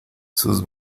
sus